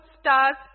stars